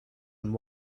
and